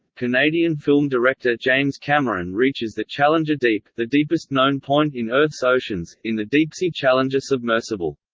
canadian film director james cameron reaches the challenger deep, the deepest known point in earth's oceans, in the deepsea challenger submersible.